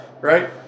right